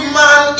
man